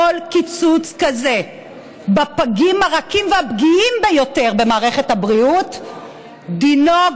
כל קיצוץ כזה לפגים הרכים והפגיעים ביותר במערכת הבריאות דינו,